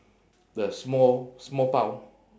the small small bao